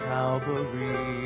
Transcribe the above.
Calvary